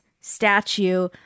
statue